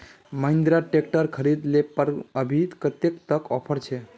Mahindra tractor खरीद ले पर अभी कतेक तक ऑफर छे?